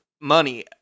money